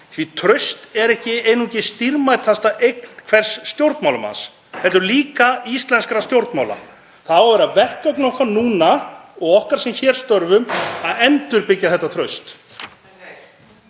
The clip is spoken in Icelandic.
því traust er ekki einungis dýrmætasta eign hvers stjórnmálamanns heldur líka íslenskra stjórnmála. Það á að vera verkefni okkar núna og okkar sem hér störfum að endurbyggja þetta traust.